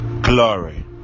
glory